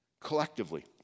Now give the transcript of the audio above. collectively